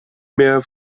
mehr